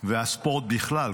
והספורט בכלל,